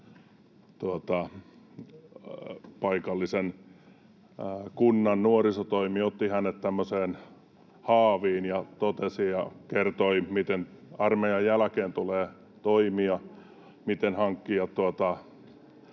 armeijasta kunnan nuorisotoimi otti hänet tämmöiseen haaviin ja kertoi, miten armeijan jälkeen tulee toimia, miten hankkia